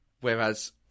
whereas